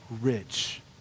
Rich